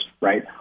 right